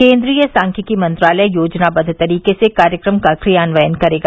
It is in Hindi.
केन्द्रीय सांख्यिकी मंत्रालय योजनादद्व तरीके से कार्यक्रम का क्रियान्वयन करेगा